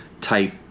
type